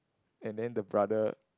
and then the brother